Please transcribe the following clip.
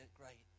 great